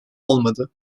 olmadı